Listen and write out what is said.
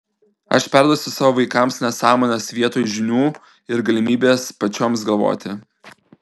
aš perduosiu savo vaikams nesąmones vietoj žinių ir galimybės pačioms galvoti